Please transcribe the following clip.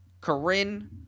Corinne